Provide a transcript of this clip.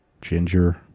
ginger